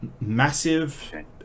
massive